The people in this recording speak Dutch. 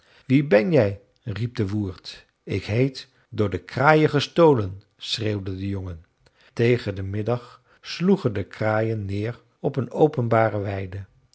wie ben jij riep de woerd ik heet door de kraaien gestolen schreeuwde de jongen tegen den middag sloegen de kraaien neer op een openbare weide